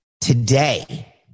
today